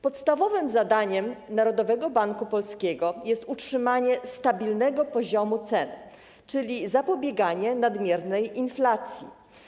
Podstawowym zadaniem Narodowego Banku Polskiego jest utrzymanie stabilnego poziomu cen, czyli zapobieganie nadmiernej inflacji.